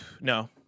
No